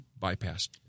bypassed